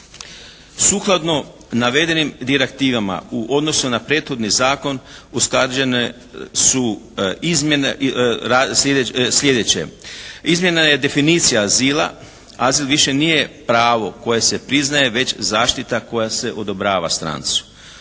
Sukladno navedenim direktivama u odnosu na prethodni zakon usklađene su izmjene i, sljedeće: izmijenjena je definicija azila. Azil više nije pravo koje se priznaje već zaštita koja se odobrava strancu.